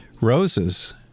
roses